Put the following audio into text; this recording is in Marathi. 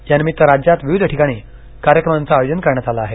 यानिमित्त राज्यात विविध ठिकाणी कार्यक्रमांचं आयोजन करण्यात आलं आहे